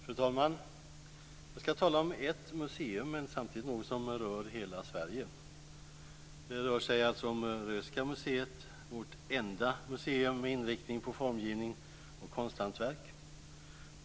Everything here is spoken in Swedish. Fru talman! Jag ska tala om ett museum men samtidigt något som rör hela Sverige. Det rör sig alltså om Röhsska museet, vårt enda museum med inriktning på formgivning och konsthantverk.